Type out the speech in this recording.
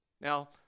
Now